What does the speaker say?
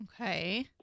Okay